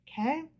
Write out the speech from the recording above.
Okay